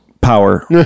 power